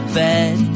bed